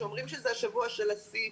שאומרים שזה השבוע של השיא,